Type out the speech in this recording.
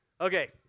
Okay